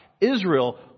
Israel